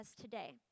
today